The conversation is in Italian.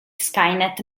skynet